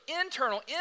internal